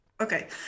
okay